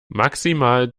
maximal